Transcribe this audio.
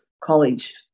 college